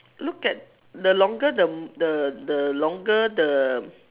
look at the longer the the the longer the